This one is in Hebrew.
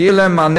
שיהיה לה מענה,